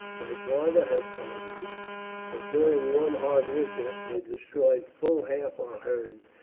my father has told me that during one hard winter they destroyed full half our herds,